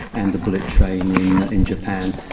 and the bullet train in in japan.